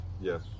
yes